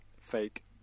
fake